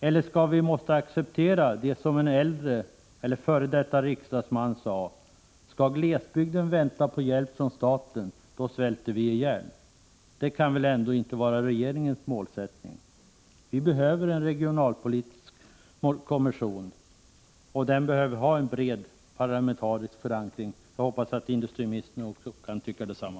Eller måste vi acceptera det som en f. d. riksdagsman sade: Skall glesbygden vänta på hjälp från staten, då svälter vi ihjäl. Det kan väl ändå inte vara regeringens målsättning? Vi behöver en regionalpolitisk kommission, och den behöver ha en bred parlamentarisk förankring. Jag hoppas att industriministern kan tycka detsamma.